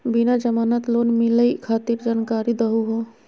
बिना जमानत लोन मिलई खातिर जानकारी दहु हो?